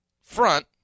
front